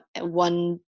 one